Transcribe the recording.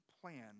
plan